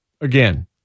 again